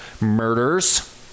murders